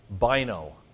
bino